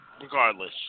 regardless